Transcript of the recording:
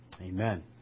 Amen